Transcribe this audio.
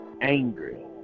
angry